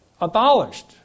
abolished